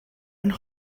and